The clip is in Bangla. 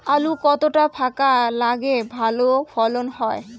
আলু কতটা ফাঁকা লাগে ভালো ফলন হয়?